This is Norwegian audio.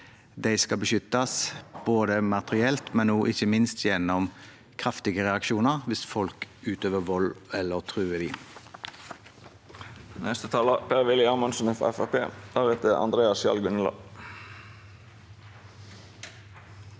skal beskyttes både materielt og – ikke minst – gjennom kraftige reaksjoner hvis folk utøver vold mot dem, eller truer dem.